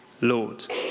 Lord